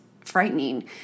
frightening